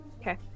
Okay